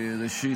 ראשית,